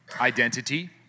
identity